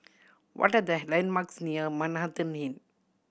what are the landmarks near Manhattan Inn